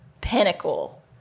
pinnacle